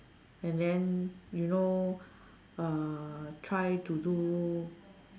and then you know uh try to do